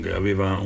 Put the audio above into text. aveva